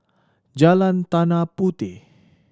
Jalan Tanah Puteh